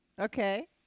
okay